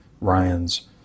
Ryan's